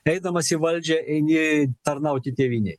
eidamas į valdžią eini tarnauti tėvynei